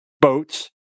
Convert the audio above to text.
boats